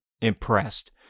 impressed